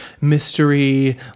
mystery